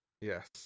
Yes